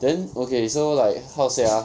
then okay so like how to say ah